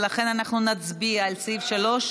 ולכן אנחנו נצביע על סעיף 3,